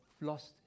lost